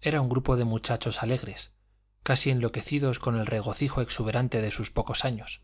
era un grupo de muchachos alegres casi enloquecidos con el regocijo exuberante de sus pocos años